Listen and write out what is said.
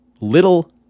little